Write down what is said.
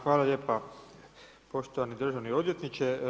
Hvala lijepa poštovani državni odvjetniče.